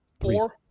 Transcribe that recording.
Four